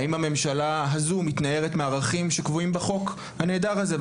האם הממשלה הזו מתנערת מערכים שקבועים בחוק הנהדר הזה?